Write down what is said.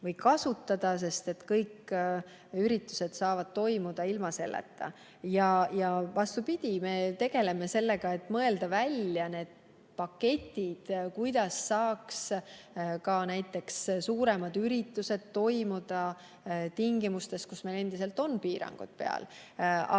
kasutada, sest kõik üritused saavad toimuda ilma selleta. Ja vastupidi, me tegeleme sellega, et mõelda välja need paketid, kuidas saaks ka näiteks suuremad üritused toimuda tingimustes, kus meil on endiselt piirangud peal.